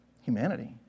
humanity